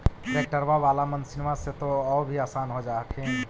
ट्रैक्टरबा बाला मसिन्मा से तो औ भी आसन हो जा हखिन?